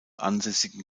ansässigen